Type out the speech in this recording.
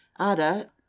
ADA